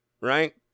Right